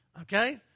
Okay